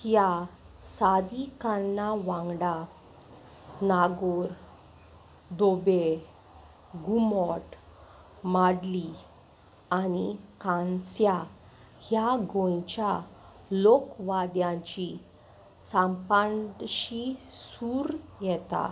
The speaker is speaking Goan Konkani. ह्या सादी काण्णां वांगडा नागोर दोबे घुमट माडली आनी खानस्या ह्या गोंयच्या लोकवाद्यांची सांपांडशी सूर येता